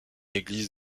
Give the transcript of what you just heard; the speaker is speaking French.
église